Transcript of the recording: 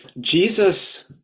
Jesus